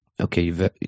okay